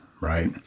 Right